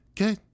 Okay